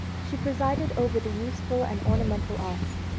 she presided over the useful and ornamental arts,